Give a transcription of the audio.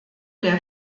der